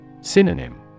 Synonym